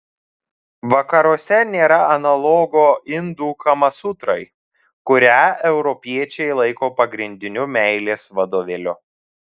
vakaruose nėra analogo indų kamasutrai kurią europiečiai laiko pagrindiniu meilės vadovėliu